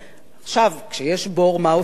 עכשיו, כשיש בור מה עושים?